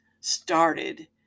started